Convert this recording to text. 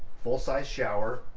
full-size shower,